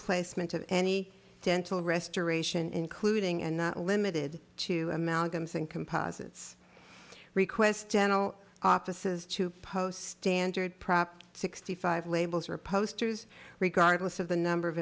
placement of any dental restoration including and not limited to amalgams and composites request dental offices to post standard prop sixty five labels or posters regardless of the number of